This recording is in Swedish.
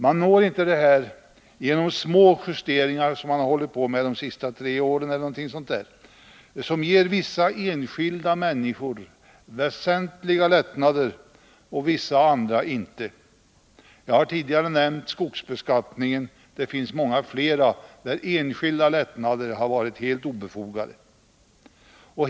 Man når inte resultat genom de små justeringar som man hållit på med de senaste tre åren och som ger vissa enskilda människor väsentliga skattelättnader och vissa andra inga lättnader alls. Jag har tidigare nämnt skogsbeskattningen, men det finns många fler områden där enskilda lättnader har varit helt obefogade.